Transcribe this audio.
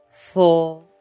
four